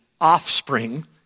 offspring